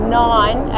nine